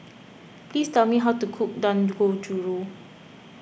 please tell me how to cook Dangojiru